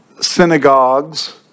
synagogues